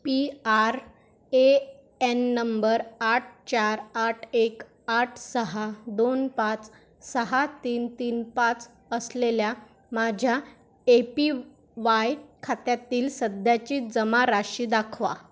P R A N number आठ चार आठ एक आठ सहा दोन पाच सहा तीन तीन पाच असलेल्या माझ्या ए पी वाय खात्यातील सध्याची जमा राशी दाखवा